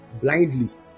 blindly